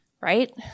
right